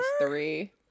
three